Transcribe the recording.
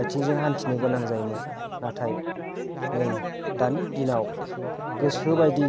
आथिंजों हान्थिनो गोनां जायोमोन नाथाय नै दानि दिनाव गोसो बायदि